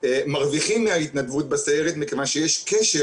מרוויחים מההתנדבות בסיירת מכיוון שיש קשר